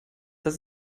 das